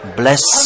bless